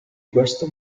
questo